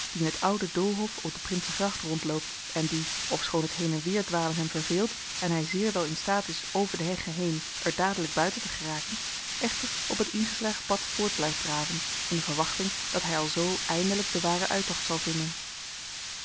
die in het oude doolhof op de princegracht rondloopt en die ofschoon het heen en weer dwalen hem verveelt en hij zeer wel in staat is over de heggen heen er dadelijk buiten te geraken echter op het ingeslagen pad voort blijft draven in de verwachting dat hij alzoo eindelijk den waren uittocht zal vinden